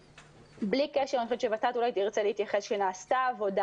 בלי קשר אני חושבת שוות"ת אולי תרצה להתייחס שנעשתה עבודה